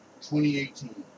2018